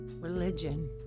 religion